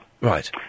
Right